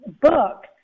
book